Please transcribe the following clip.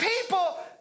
people